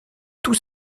tous